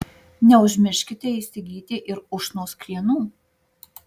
neužmirškite įsigyti ir ušnos krienų